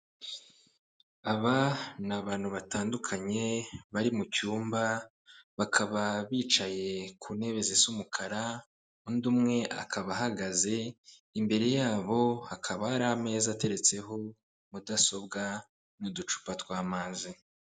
Aba ni abantu batandukanye bari mu cyumba, bakaba bicaye ku ntebe zisa umukara undi umwe akaba ahagaze imbere yabo, hakaba hari ameza ateretseho mudasobwa n'uducupa tw'amazi.